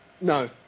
no